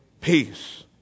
peace